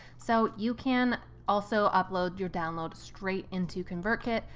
so you can also upload your download straight into convertkit.